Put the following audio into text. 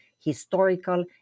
historical